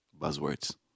Buzzwords